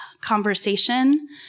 conversation